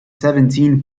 seventeen